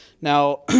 Now